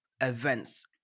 events